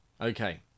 Okay